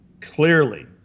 clearly